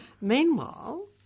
Meanwhile